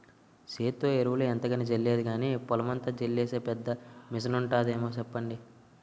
సేత్తో ఎరువులు ఎంతకని జల్లేది గానీ, పొలమంతా జల్లీసే పెద్ద మిసనుంటాదేమో సెప్పండి?